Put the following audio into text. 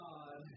God